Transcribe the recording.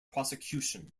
prosecution